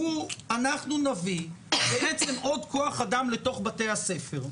שהוא עוד כוח אדם לתוך בתי הספר.